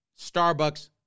Starbucks